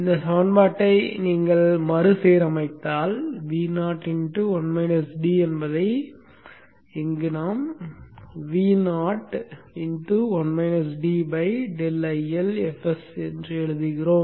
இந்த சமன்பாட்டை மறுசீரமைத்தால் Vo என்பதை இங்கு Vo ∆IL fs என எழுதுகிறோம்